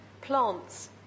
plants